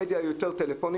המדיה היא יותר טלפונית.